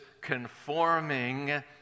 conforming